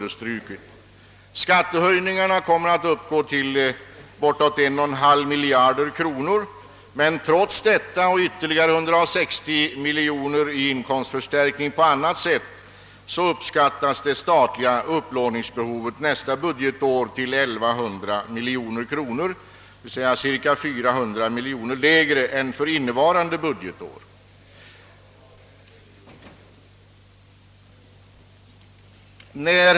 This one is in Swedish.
De föreslagna skattehöjningarna kommer att inbringa bortät 1,5 miljard kronor, men trots detta och trots ytterligare 160 miljoner i inkomstförstärkning på annat sätt uppskattas statens lånebehov för nästa budgetår till 1100 miljoner kronor, vilket är ungefär 400 miljoner mindre än för innevarande år.